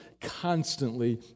constantly